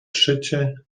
szycie